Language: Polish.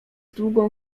długą